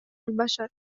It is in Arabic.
البشر